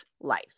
life